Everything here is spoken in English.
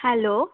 hello